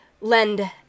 lend